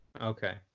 Okay